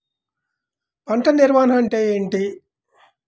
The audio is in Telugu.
పంట నిర్వాహణ అంటే ఏమిటి?